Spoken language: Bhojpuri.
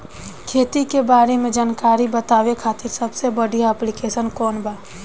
खेती के बारे में जानकारी बतावे खातिर सबसे बढ़िया ऐप्लिकेशन कौन बा?